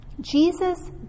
Jesus